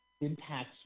impacts